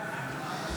הצבעה שמית.